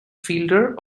fielder